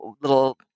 little